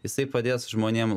jisai padės žmonėm